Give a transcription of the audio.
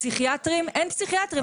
פסיכיאטרים אין פסיכיאטרים.